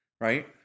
right